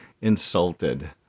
insulted